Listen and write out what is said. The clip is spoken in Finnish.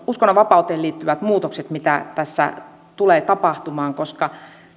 uskonnonvapauteen liittyvät muutokset mitä tässä tulee tapahtumaan koska